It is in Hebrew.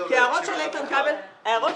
ההחלטה התקבלה.